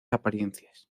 apariencias